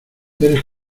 eres